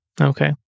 Okay